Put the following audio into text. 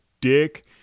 dick